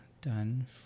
done